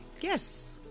Yes